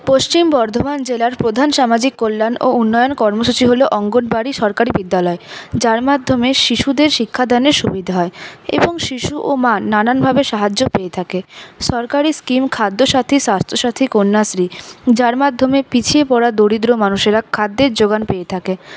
পশ্চিম বর্ধমান জেলায় প্রধান সামাজিক কল্যাণ ও উন্নয়ন কর্মসূচি হল অঙ্গনওয়ারী সরকারি বিদ্যালয় যার মাধ্যমে শিশুদের শিক্ষাদানে সুবিধা হয় এবং শিশু ও মা নানানভাবে সাহায্য পেয়ে থাকে সরকারি স্কিম খাদ্যসাথী স্বাস্থ্যসাথী কন্যাশ্রী যার মাধ্যমে পিছিয়ে পড়া দরিদ্র মানুষেরা খাদ্যের যোগান পেয়ে থাকে